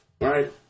right